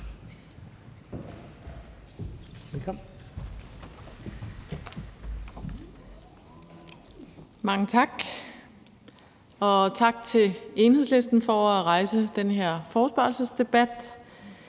Mange tak, og tak til Enhedslisten for at rejse den her forespørgselsdebat.